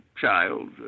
child